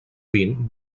vint